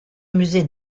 musée